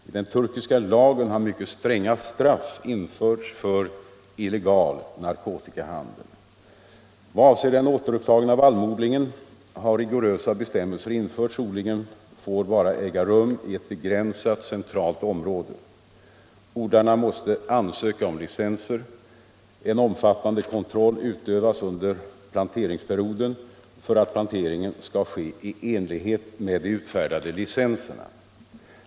I den turkiska lagen har mycket stränga straff införts för illegal narkotikahandel. Vad avser den återupptagna vallmoodlingen har rigorösa bestämmelser införts. Odlingen får bara äga rum i ett begränsat, centralt område. Odlarna måste ansöka om licenser. En omfattande kontroll utövas under planteringsperioden för att planteringen skall ske i enlighet med de utfärdade licenserna.